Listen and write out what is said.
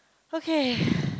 okay